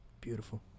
beautiful